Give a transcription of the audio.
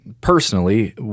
personally